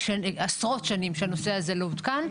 עשרות שנים שהנושא הזה לא עודכן.